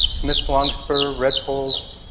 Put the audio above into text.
smith's longspur, redpolls,